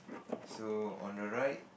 so on the right